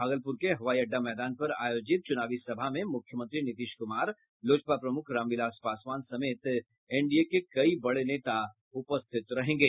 भागलपुर के हवाई अड्डे मैदान पर आयोजित चुनावी सभा में मुख्यमंत्री नीतीश कुमार लोजपा प्रमुख रामविलास पासवान समेत एनडीए के कई बड़े नेता उपस्थित रहेंगे